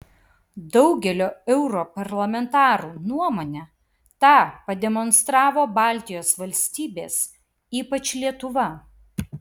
daugelio europarlamentarų nuomone tą pademonstravo baltijos valstybės ypač lietuva